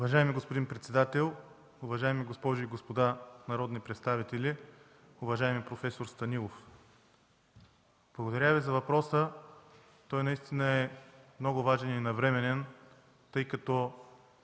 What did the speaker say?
Уважаеми господин председател, уважаеми госпожи и господа народни представители! Уважаеми проф. Станилов, благодаря Ви за въпроса. Той е много важен и навременен, тъй като